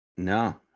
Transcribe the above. no